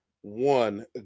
one